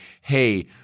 hey